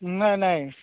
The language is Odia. ନାଇଁ ନାଇଁ